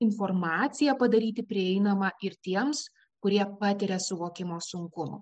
informaciją padaryti prieinamą ir tiems kurie patiria suvokimo sunkumų